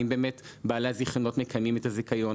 האם באמת בעלי הזיכיונות מקיימים את הזיכיון,